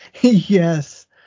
Yes